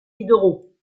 diderot